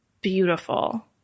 beautiful